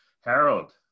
Harold